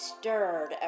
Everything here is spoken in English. stirred